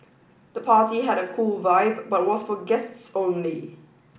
the party had a cool vibe but was for guests only